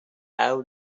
how